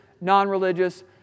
non-religious